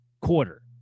quarter